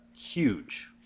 huge